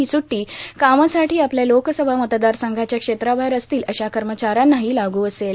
हा सुट्टी कामासाठी आपल्या लोकसभा मतदारसंघाच्या क्षेत्राबाहेर असतील अशा कमचाऱ्यांनाही लागू असेल